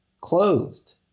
clothed